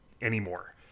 anymore